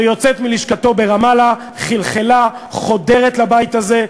שיוצאת מלשכתו ברמאללה, חלחלה, חודרת לבית הזה.